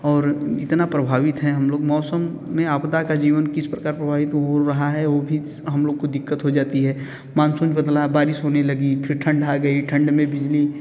और इतना प्रभावित हैं हम लोग मौसम में आपदा का जीवन किस प्रकार प्रभावित वो रहा है ओ भी हम लोग को दिक्कत हो जाती है मानसून बदला बारिश होने लगी फिर ठंड आ गई ठंड में बिजली